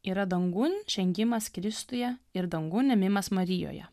yra dangun žengimas kristuje ir dangun ėmimas marijoje